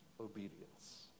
obedience